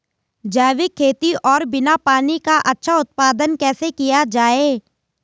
जैविक खेती और बिना पानी का अच्छा उत्पादन कैसे किया जाए?